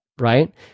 Right